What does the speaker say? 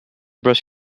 brush